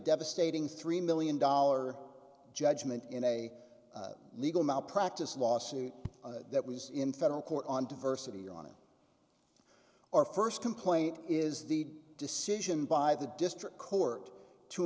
devastating three million dollar judgment in a legal malpractise lawsuit that was in federal court on diversity or on or first complaint is the decision by the district court to